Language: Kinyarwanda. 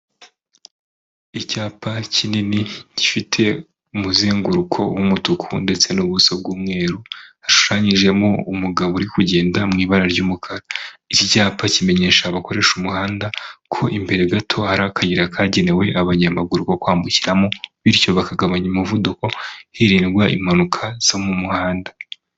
Icyapa kinini gifite umuzenguruko w'umutuku ndetse n'ubuso bw'umweru, hashushanyijemo umugabo uri kugenda mu ibara ry'umukara. Iki cyapa kimenyesha abakoresha umuhanda ko imbere gato hari akayira kagenewe abanyamaguru ko kwambukiramo, bityo bakagabanya umuvuduko, hirindwa impanuka zo mu muhanda.